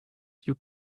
you